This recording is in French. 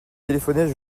téléphoner